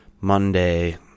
monday